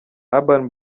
urban